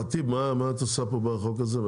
ח'טיב, מה את עושה בחוק הזה?